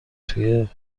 توی